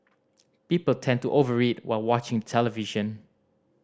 people tend to over while watching the television